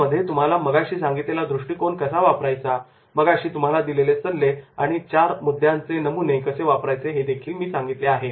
यामध्ये तुम्हाला मगाशी सांगितलेला दृष्टीकोन कसा वापरायचा मगाशी तुम्हाला दिलेले सल्ले आणि चार मुद्द्यांचे नमुने कसे वापरायचे आहेत हे सांगितले आहेत